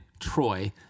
Troy